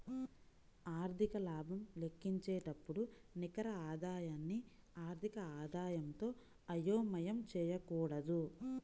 ఆర్థిక లాభం లెక్కించేటప్పుడు నికర ఆదాయాన్ని ఆర్థిక ఆదాయంతో అయోమయం చేయకూడదు